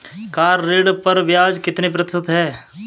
Car ऋण पर ब्याज कितने प्रतिशत है?